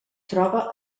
troba